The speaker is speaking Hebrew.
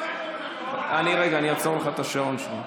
אנחנו לא התלוננו.